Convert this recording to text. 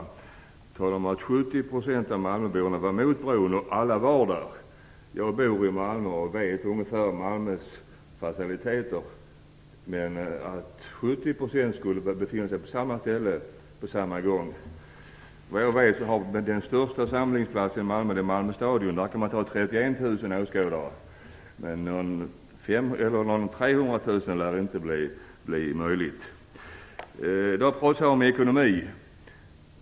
Hon talade om att 70 % av malmöborna var emot bron och att alla var närvarande. Jag bor i Malmö och känner på ett ungefär till Malmös faciliteter. Att 70 % av befolkningen skulle befinna sig på samma ställe på samma gång är tveksamt. Den största samlingsplatsen i Malmö är såvitt jag vet Malmö stadion. Där kan man ta emot 31 000 åskådare. Några 300 000 lär inte vara möjligt. Det har pratats om ekonomi.